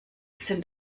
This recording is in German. sind